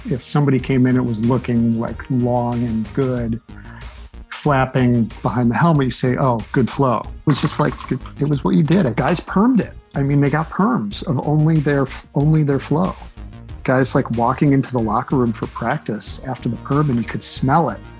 if somebody came in? it was looking like a long and good flapping behind the helmet, say, oh, good flow was just like it was what you did. a guys performed it. i mean, they got perms of only their only their fellow guys, like walking into the locker room for practice after the curb and you could smell it.